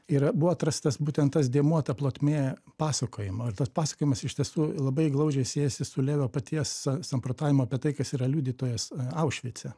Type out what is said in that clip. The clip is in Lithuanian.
yra buvo atrastas būtent tas dėmuo ta plotmė pasakojimo ir tas pasakojimas iš tiesų labai glaudžiai siejasi su levio paties samprotavimu apie tai kas yra liudytojas aušvice